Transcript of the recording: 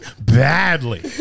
Badly